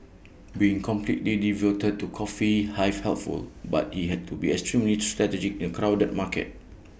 being completely devoted to coffee hive helpful but he had to be extremely strategic in crowded market